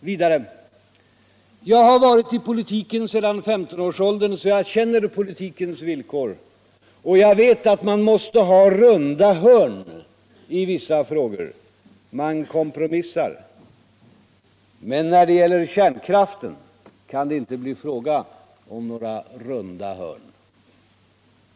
Vidare: ”Jag har varit i politiken sedan 15-årsåldern så jag känner politikens villkor. Och jag vet a man måste ha ”runda hörn” i vissa frågor — man kompromissar. Men när det gäller kärnkraften kan det inte bli fråga om några runda hörn.”